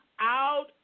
out